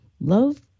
Love